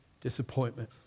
disappointment